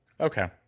okay